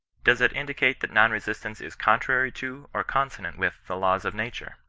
does it indicate that non-resistance is contrary to or consonant with the laws of nature